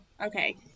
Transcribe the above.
Okay